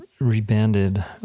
rebanded